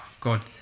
God